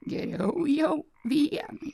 geriau jau vienai